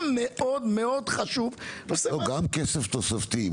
גם כסף תוספתי,